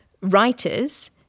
writers